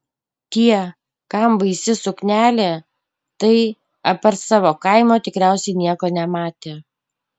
tie kam baisi suknelė tai apart savo kaimo tikriausiai nieko nematė